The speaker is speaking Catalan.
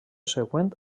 següent